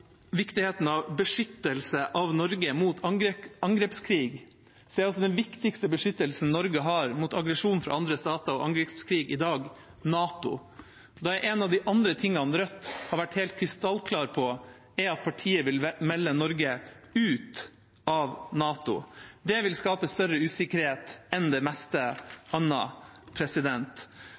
viktigheten av beskyttelse av Norge mot angrepskrig. Den viktigste beskyttelsen Norge har mot aggresjon fra andre stater og angrepskrig i dag, er NATO. En av de andre tingene Rødt har vært helt krystallklare på, er at partiet vil melde Norge ut av NATO. Det vil skape større usikkerhet enn det meste annet.